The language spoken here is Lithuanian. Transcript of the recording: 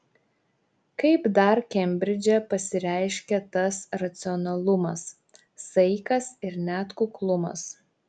kaip dar kembridže pasireiškia tas racionalumas saikas ir net kuklumas